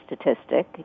statistic